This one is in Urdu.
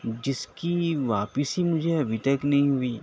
جس کی واپسی مجھے ابھی تک نہیں ہوئی